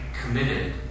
committed